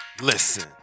listen